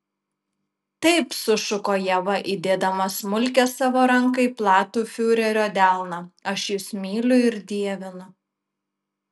taip sušuko ieva įdėdama smulkią savo ranką į platų fiurerio delną aš jus myliu ir dievinu